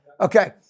Okay